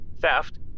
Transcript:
theft